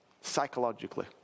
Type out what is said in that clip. Psychologically